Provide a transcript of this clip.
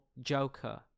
joker